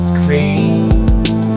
clean